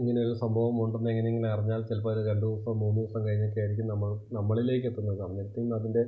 ഇങ്ങനെ ഒരു സംഭവം ഉണ്ടെന്ന് എങ്ങനെ എങ്കിലും അറിഞ്ഞാൽ ചിലപ്പം അത് രണ്ടു ദിവ സം മൂന്നു ദിവസം കഴിഞ്ഞൊക്കെ ആയിരിക്കും നമ്മൾ നമ്മളിലേക്ക് എത്തുന്നത് അന്നൊക്കെ അതിൻ്റെ